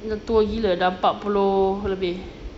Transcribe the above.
dia tua gila dah empat puluh lebih